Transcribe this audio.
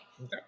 Okay